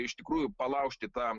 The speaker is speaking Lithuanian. iš tikrųjų palaužti tą